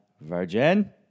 virgin